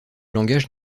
langage